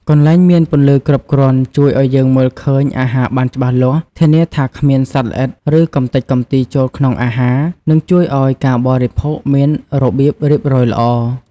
កន្លែងមានពន្លឺគ្រប់គ្រាន់ជួយឲ្យយើងមើលឃើញអាហារបានច្បាស់លាស់ ធានាថាគ្មានសត្វល្អិត ឬកំទេចកំទីចូលក្នុងអាហារ និងជួយឲ្យការបរិភោគមានរបៀបរៀបរយល្អ ។